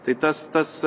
tai tas tas